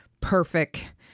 perfect